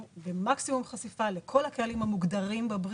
ומקסימום חשיפה לכל הקהלים המוגדרים בבריף.